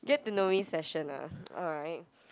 get to know me session ah alright